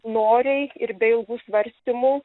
noriai ir be ilgų svarstymų